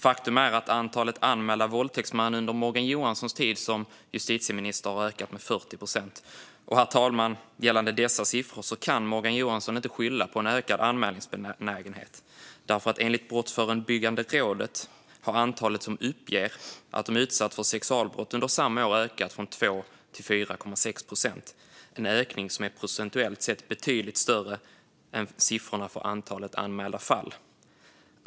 Faktum är att antalet anmälda våldtäktsfall under Morgan Johanssons tid som justitieminister har ökat med 40 procent. Gällande dessa siffror, herr talman, kan Morgan Johansson inte skylla på en ökad anmälningsbenägenhet. Enligt Brottsförebyggande rådet har antalet som uppger att de utsatts för sexualbrott under samma år ökat från 2 procent till 4,6 procent. Det är en ökning som procentuellt sett är betydligt större än siffrorna för antalet anmälda fall.